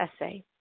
essay